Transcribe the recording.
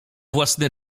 własny